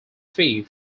fee